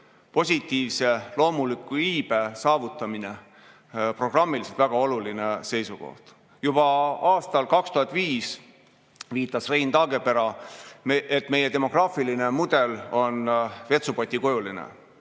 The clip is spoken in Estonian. positiivse loomuliku iibe saavutamine programmiliselt väga oluline seisukoht. Juba aastal 2005 viitas Rein Taagepera, et meie demograafiline mudel on vetsupotikujuline.